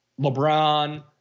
LeBron